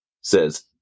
says